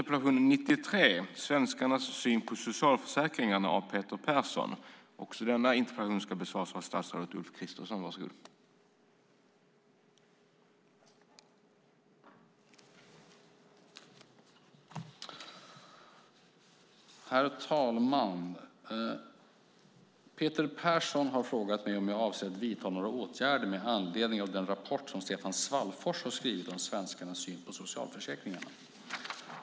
Herr talman! Peter Persson har frågat mig om jag avser att vidta några åtgärder med anledning av den rapport som Stefan Svallfors har skrivit om svenskarnas syn på socialförsäkringarna.